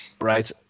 right